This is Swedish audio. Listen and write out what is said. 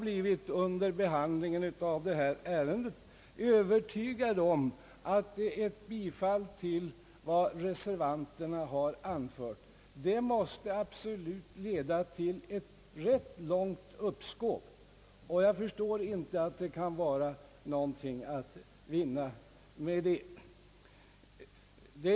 Jag har under behandlingen av detta ärende blivit övertygad om att ett bifall till vad reservanterna har anfört absolut måste leda till ett rätt långt uppskov. Jag förstår inte att det kan vara någonting att vinna med det.